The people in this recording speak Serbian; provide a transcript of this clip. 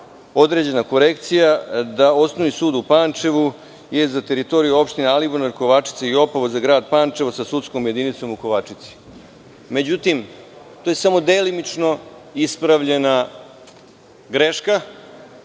određena korekcija da Osnovni sud u Pančevu je za teritoriju opštine Alibunar, Kovačica i Opovo za grad Pančevo sa sudskom jedinicom u Kovačici. Međutim, tu je samo delimično ispravljena greška